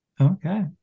Okay